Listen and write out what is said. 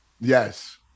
Yes